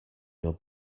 your